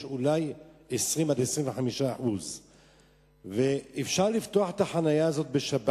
יש אולי 20% 25% אפשר לפתוח את החנייה הזאת בשבת.